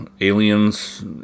aliens